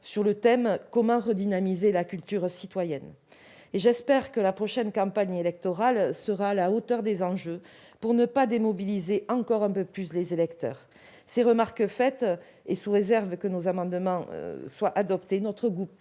sur le thème :« Comment redynamiser la culture citoyenne ?» J'espère que la prochaine campagne électorale sera à la hauteur des enjeux, pour ne pas démobiliser encore un peu plus les électeurs. Ces remarques étant faites, et sous réserve que nos amendements soient adoptés, notre groupe